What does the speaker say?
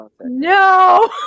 No